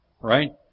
right